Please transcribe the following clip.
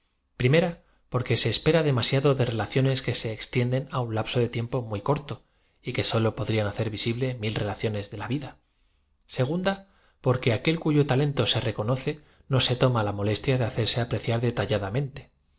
primera porque se espera demasiado de relaciones que se ex tienden un lapso de tiempo muy corto y que sólo podrían hacer visible m il relaciones de la vid a se gunda porque aquel cuyo talento se reconoce no se toma la molestia de hacerse apreciar detalladamente